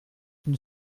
une